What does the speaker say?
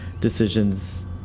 decisions